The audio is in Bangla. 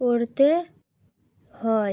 পড়তে হয়